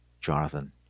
jonathan